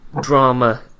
drama